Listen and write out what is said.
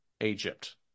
Egypt